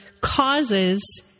causes